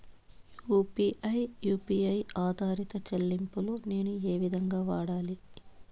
UPI U P I ఆధారిత చెల్లింపులు నేను ఏ విధంగా వాడాలి?